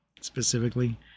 specifically